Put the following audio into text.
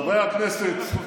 חברי הכנסת,